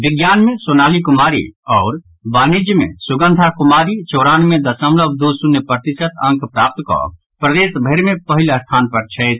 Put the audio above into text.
विज्ञान मे सोनाली कुमारी आओर वाणिज्य मे सुगंधा कुमारी चौरानबे दशमलव दू शून्य प्रतिशत अंक प्राप्त कऽ प्रदेशभरि मे पहिल स्थान पर छथि